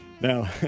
Now